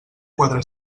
quatre